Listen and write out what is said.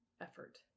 effort